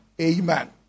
Amen